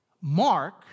Mark